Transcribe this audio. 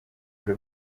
biro